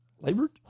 labored